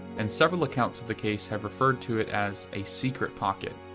and several accounts of the case have referred to it as a secret pocket,